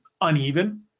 uneven